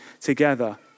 together